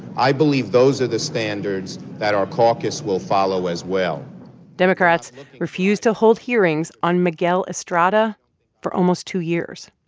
i believe those are the standards that our caucus will follow as well democrats refused to hold hearings on miguel estrada for almost two years.